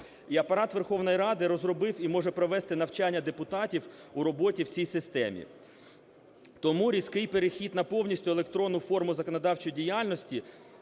І Апарат Верховної Ради розробив і може провести навчання депутатів у роботі в цієї системі. Тому різкий перехід на повністю електронну форму законодавчої діяльності